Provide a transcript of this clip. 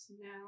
now